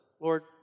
Lord